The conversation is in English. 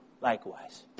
likewise